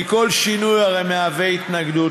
כי כל שינוי הרי מהווה התנגדות,